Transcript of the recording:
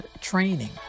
training